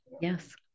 Yes